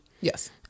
Yes